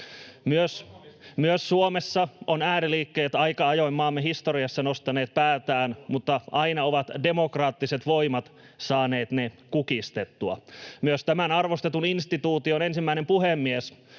Myös Suomessa ovat ääriliikkeet aika ajoin maamme historiassa nostaneet päätään, mutta aina ovat demokraattiset voimat saaneet ne kukistettua. Myös tämän arvostetun instituution ensimmäinen puhemies